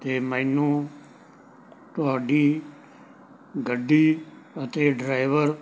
ਅਤੇ ਮੈਨੂੰ ਤੁਹਾਡੀ ਗੱਡੀ ਅਤੇ ਡਰਾਈਵਰ